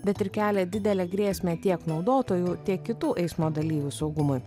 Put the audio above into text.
bet ir kelia didelę grėsmę tiek naudotojų tiek kitų eismo dalyvių saugumui